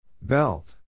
Belt